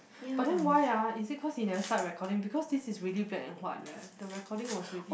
but then why ah is it cause he never start recording because this is really black and white leh the recording was already